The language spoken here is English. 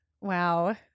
Wow